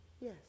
Yes